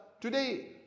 Today